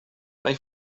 they